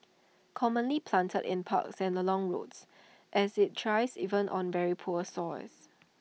commonly planted in parks and along roads as IT thrives even on very poor soils